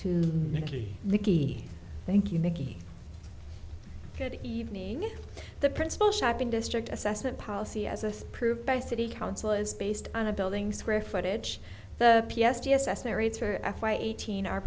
mickey thank you mickey good evening the principal shopping district assessment policy as a prove by city council is based on a building square footage the p s g assessment rates for f y eighteen are